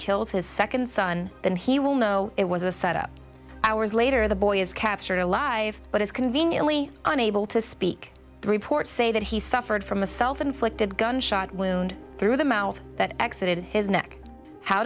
kills his second son then he will know it was a setup hours later the boy is captured alive but is conveniently unable to speak the reports say that he suffered from a self inflicted gunshot wound through the mouth that exit his neck how